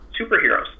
superheroes